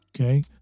okay